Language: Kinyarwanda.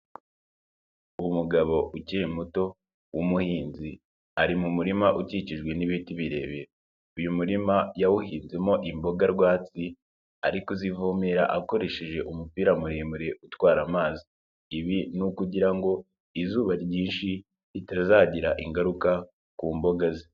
Umugabo ukiri muto w'umuhinzi, ari mu murima ukikijwe n'ibiti birebire, uyu murima yawuhinzemo imboga rwatsi, ari kuzivomera akoresheje umupira muremure utwara amazi, ibi ni ukugira ngo izuba ryinshi ritazagira ingaruka ku mboga ze.